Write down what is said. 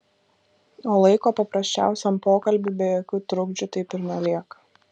o laiko paprasčiausiam pokalbiui be jokių trukdžių taip ir nelieka